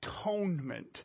atonement